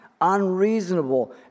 unreasonable